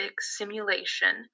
simulation